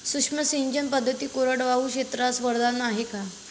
सूक्ष्म सिंचन पद्धती कोरडवाहू क्षेत्रास वरदान आहे का?